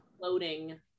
loading